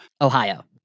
Ohio